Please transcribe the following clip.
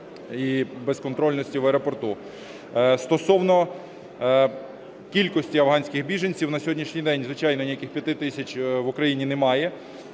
і безконтрольності в аеропорту. Стосовно кількості афганських біженців. На сьогоднішній день, звичайно, ніяких п'яти тисяч в Україні немає.